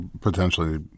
potentially